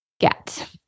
get